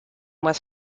was